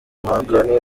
uwaka